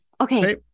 Okay